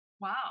Wow